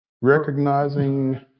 recognizing